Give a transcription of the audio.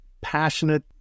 passionate